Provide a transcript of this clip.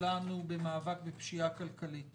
שלנו במאבק בפשיעה כלכלית